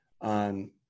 on